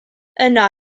yna